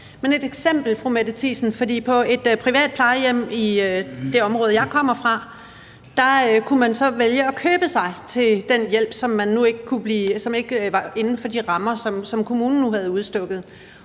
Thiesen: På et privat plejehjem i det område, jeg kommer fra, kunne man så vælge at købe sig til den hjælp, som ikke var inden for de rammer, som kommunen nu havde udstukket.